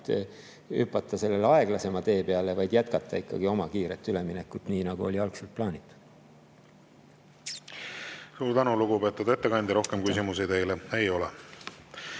tagasi aeglasema tee peale, vaid jätkata ikkagi oma kiiret üleminekut, nii nagu oli algselt plaanitud. Suur tänu, lugupeetud ettekandja! Rohkem küsimusi teile ei ole.